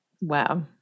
Wow